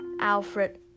Alfred